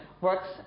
Works